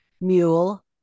Mule